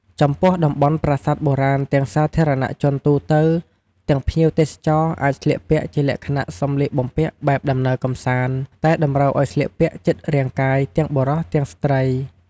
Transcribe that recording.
ចំពោះតំបន់ប្រាសាទបុរាណទាំងសាធារណៈជនទូទៅ ទាំងភ្ញៀវទេសចរណ៍អាចស្លៀកពាក់ជាលក្ខណៈសម្លៀកបំពាក់បែបដំណើរកំសាន្ដ តែតម្រូវឲ្យស្លៀកពាក់ជិតរាងកាយទាំងបុរសទាំងស្រ្តី។